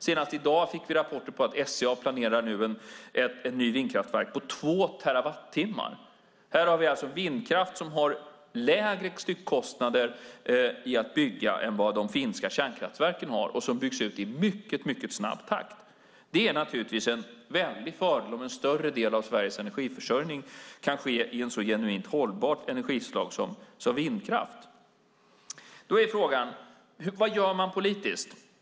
Senast i dag har vi fått rapporter om att SCA planerar ett nytt vindkraftverk på 2 terawattimmar. Här har vi alltså vindkraft som har lägre styckkostnader för att byggas än de finska kärnkraftverken, och de byggs ut i mycket snabb takt. Det är naturligtvis en väldig fördel om en större del av Sveriges energiförsörjning kan ske i ett så genuint hållbart energislag som vindkraft. Då är frågan: Vad gör vi politiskt?